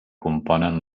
componen